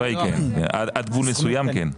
התשובה היא כן, עד גבול מסוים כן.